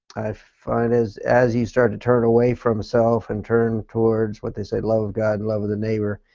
i find that as you start to turn away from self and turn towards, what they say, love of god and love of the neighbor,